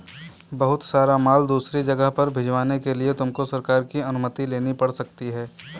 बहुत सारा माल दूसरी जगह पर भिजवाने के लिए तुमको सरकार की अनुमति लेनी पड़ सकती है